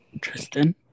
Tristan